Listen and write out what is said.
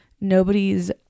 nobody's